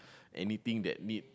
anything that need